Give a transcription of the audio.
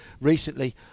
Recently